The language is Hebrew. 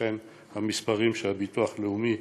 המספרים של הביטוח הלאומי,